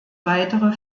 weitere